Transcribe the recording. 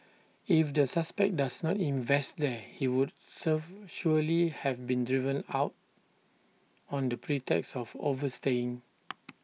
if the suspect does not invest there he would surf surely have been driven out on the pretext of overstaying